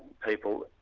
people.